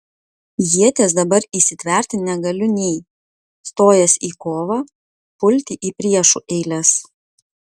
ieties dabar įsitverti negaliu nei stojęs į kovą pulti į priešų eiles